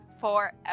forever